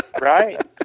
Right